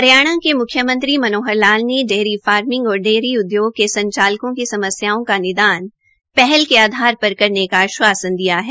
हरियाणा के म्ख्यमंत्री मनोहर लाल ने डेयरी फार्मिंग और डेयरी उद्योग के संचालकों की समस्याओं का निदान पहल के आधार पर करने का आशवासन दिया है